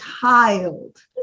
child